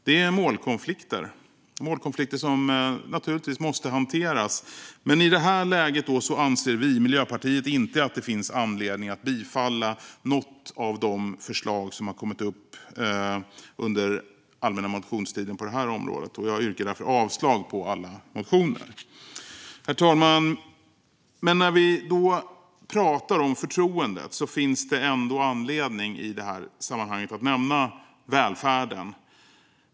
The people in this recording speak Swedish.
Det är målkonflikter som naturligtvis måste hanteras, men i det här läget anser vi i Miljöpartiet inte att det finns anledning att bifalla något av de förslag på det här området som har inkommit under allmänna motionstiden. Jag yrkar därför avslag på samtliga motioner. Herr talman! När vi pratar om förtroendet finns det ändå anledning att nämna välfärden.